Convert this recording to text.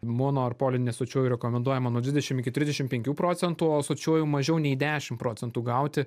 mono ar polinesočiųjų rekomenduojama nuo dvidešim iki trisdešim penkių procentų o sočiųjų mažiau nei dešim procentų gauti